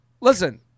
listen